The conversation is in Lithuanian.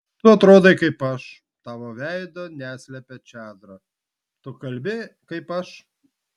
tu atrodai kaip aš tavo veido neslepia čadra tu kalbi kaip aš